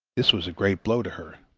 this was a great blow to her.